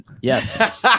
Yes